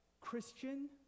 Christian